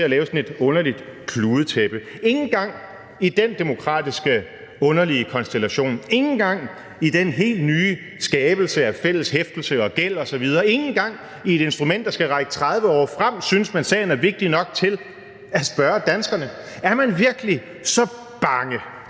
at lave sådan et underligt kludetæppe. Ikke engang i dén underlige demokratiske konstellation, ikke engang i den helt nye skabelse af fælles hæftelse og gæld osv. og ikke engang i et instrument, der skal række 30 år frem, synes man, at sagen er vigtig nok til at spørge danskerne. Er man virkelig så bange